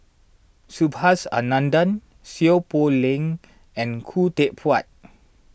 Subhas Anandan Seow Poh Leng and Khoo Teck Puat